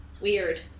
weird